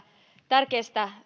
tärkeästä